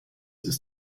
ist